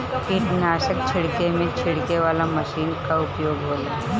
कीटनाशक छिड़के में छिड़के वाला मशीन कअ उपयोग होला